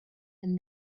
and